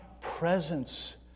presence